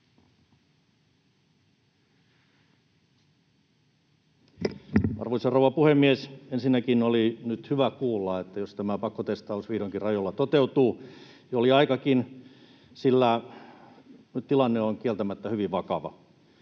Arvoisa rouva puhemies! Ensinnäkin oli nyt hyvä kuulla, että jospa tämä pakkotestaus vihdoinkin rajoilla toteutuu: jo oli aikakin, sillä nyt tilanne on kieltämättä hyvin vakava.